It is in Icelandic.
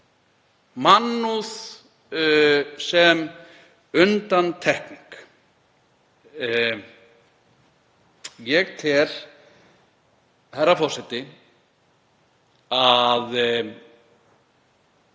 Mannúð sem undantekning. Ég tel, herra forseti, að